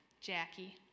Jackie